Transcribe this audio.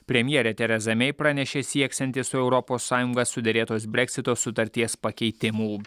premjerė tereza mei pranešė sieksianti su europos sąjunga suderėtos breksito sutarties pakeitimų